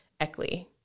Eckley